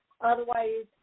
Otherwise